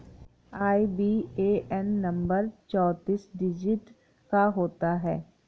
IBAN number चौतीस digit का होता है